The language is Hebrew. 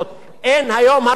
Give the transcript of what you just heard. אין היום הרתעה.